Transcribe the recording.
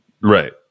Right